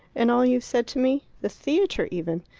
and all you said to me? the theatre, even.